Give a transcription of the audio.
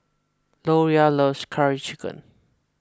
Loria loves Curry Chicken